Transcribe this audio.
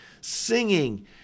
singing